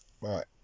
Right